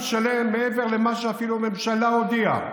שלם מעבר למה שאפילו הממשלה הודיעה.